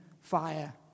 fire